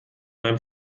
beim